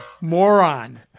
moron